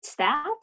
stats